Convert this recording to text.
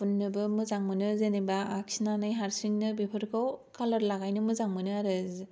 फुननोबो मोजां मोनो जेन'बा आखिनानै हारसिंनो बेफोरखौ कालार लागायनो मोजां मोनो आरो